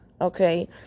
okay